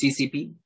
CCP